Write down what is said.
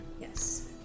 Yes